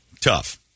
tough